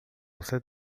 você